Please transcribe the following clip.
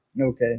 Okay